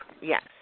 yes